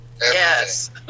Yes